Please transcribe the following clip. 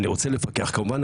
אני רוצה לפקח כמובן,